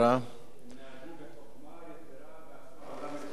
הם נהגו בחוכמה יתירה ועשו עבודה מצוינת.